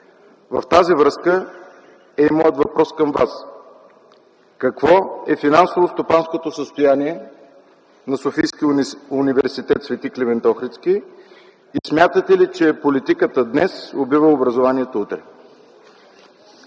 В тази връзка е и моят въпрос към Вас: какво е финансово-стопанското състояние на СУ „Св. Климент Охридски” и смятате ли, че политиката днес убива образованието утре?